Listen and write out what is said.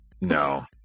no